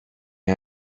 est